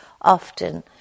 often